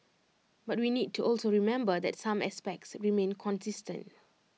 but we need to also remember that some aspects remain consistent